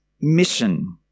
mission